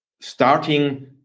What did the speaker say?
starting